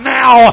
now